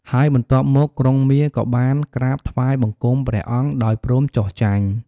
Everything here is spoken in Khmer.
ហើយបន្ទាប់មក ក្រុងមារក៏បានក្រាបថ្វាយបង្គំព្រះអង្គដោយព្រមចុះចាញ់។